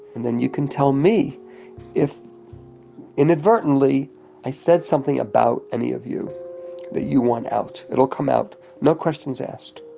and then you can tell me if inadvertently i said something about any of you that you want out. it will come out, no questions asked.